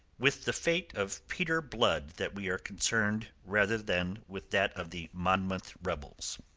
with the fate of peter blood that we are concerned rather than with that of the monmouth rebels.